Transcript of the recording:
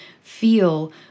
feel